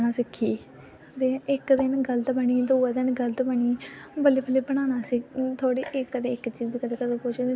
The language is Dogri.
सारें ई घट्ट गै शैल लगदा ऐ जेह्कियां चीज़ां केईं बारी सानूं इंया पसंद बड़ियां जादै इंया टेस्ट लगदियां ओह्